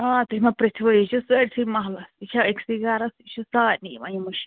آ تُہۍ مہ پِرٛژھوٕے یہِ چھُ سٲرۍسے مَحلَس یہِ چھا أکۍسٕے گَرَس یہِ چھُ سارنی یِوان یہِ مُشک